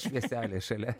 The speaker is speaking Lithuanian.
švieselė šalia